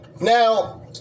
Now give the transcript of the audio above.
Now